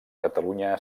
catalunya